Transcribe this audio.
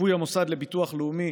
שיפוי המוסד לביטוח לאומי,